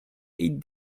eight